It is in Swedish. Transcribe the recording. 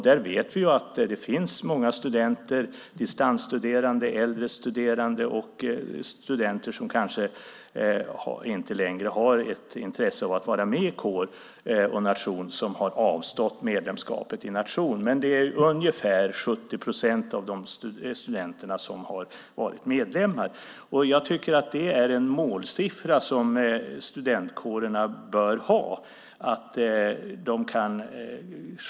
Där vet vi att det finns många studenter, distansstuderande, äldre studerande och studenter som kanske inte längre har ett intresse av att vara med i kår och nation, som har avstått medlemskapet i nation. Det är ungefär 70 procent av studenterna som har varit medlemmar. Jag tycker att det är en målsiffra som studentkårerna bör ha.